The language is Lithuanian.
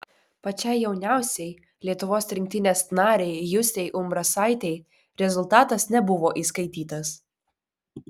pačiai jauniausiai lietuvos rinktinės narei justei umbrasaitei rezultatas nebuvo įskaitytas